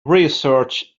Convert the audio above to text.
research